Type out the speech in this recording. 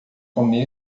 comer